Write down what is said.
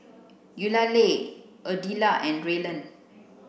Eulalie Ardella and Rylan